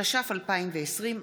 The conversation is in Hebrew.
התש"ף 2020,